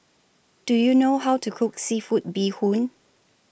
Do YOU know How to Cook Seafood Bee Hoon